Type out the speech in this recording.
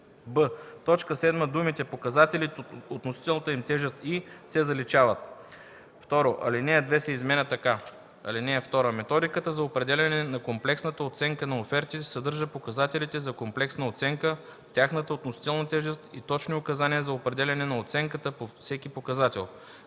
б) в т. 7 думите „показателите, относителната им тежест и” се заличават. 2. Алинея 2 се изменя така: „(2) Методиката за определяне на комплексната оценка на офертите съдържа показателите за комплексна оценка, тяхната относителна тежест и точни указания за определяне на оценката по всеки показател.